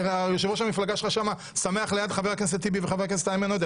יושב-ראש המפלגה שלך שמה שמח ליד חבר הכנסת טיבי וחבר הכנסת איימן עודה.